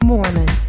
Mormon